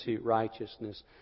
righteousness